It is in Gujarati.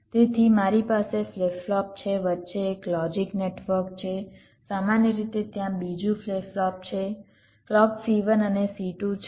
તેથી મારી પાસે ફ્લિપ ફ્લોપ છે વચ્ચે એક લોજિક નેટવર્ક છે સામાન્ય રીતે ત્યાં બીજું ફ્લિપ ફ્લોપ છે ક્લૉક C1 અને C2 છે